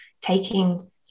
taking